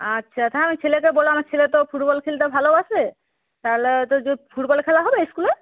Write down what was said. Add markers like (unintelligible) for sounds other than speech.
আচ্ছা (unintelligible) ছেলেকে বললাম আমার ছেলে তো আমার ফুটবল খেলতে ভালোবাসে তাহলে (unintelligible) ফুটবল খেলা হবে স্কুলে